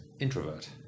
Introvert